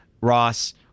Ross